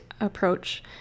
approach